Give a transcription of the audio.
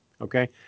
okay